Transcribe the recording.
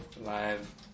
live